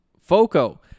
FOCO